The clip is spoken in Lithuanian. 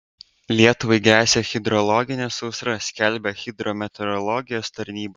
lietuvai gresia hidrologinė sausra skelbia hidrometeorologijos tarnyba